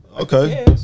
Okay